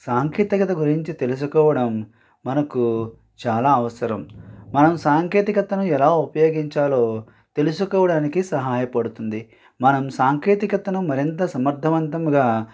సాంకేతికత గురించి తెలుసుకోవడం మనకు చాలా అవసరం మనం సాంకేతికతను ఎలా ఉపయోగించాలో తెలుసుకోవడానికి సహాయపడుతుంది మనం సాంకేతికతను మరింత సమర్థవంతముగా